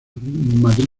madrid